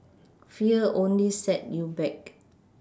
fear only set you back